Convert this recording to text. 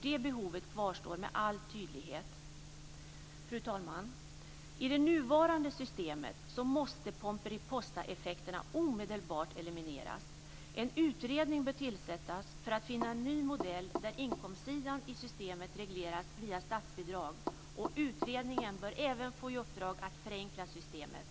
Det behovet kvarstår med all tydlighet. Fru talman! I det nuvarande systemet måste Pomperipossaeffekterna omedelbart elimineras. En utredning bör tillsättas för att finna en ny modell där inkomstsidan i systemet regleras via statsbidrag. Utredningen bör även få i uppdrag att förenkla systemet.